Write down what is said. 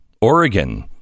Oregon